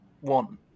one